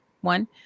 one